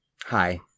Hi